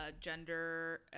gender